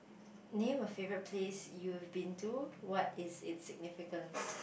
name a favourite place you have been to what is it's significance